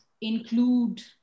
include